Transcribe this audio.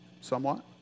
somewhat